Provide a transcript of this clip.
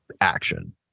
action